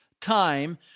time